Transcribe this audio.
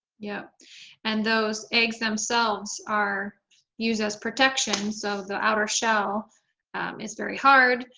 yeah and those eggs themselves are used as protection. so the outer shell um is very hard